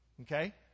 Okay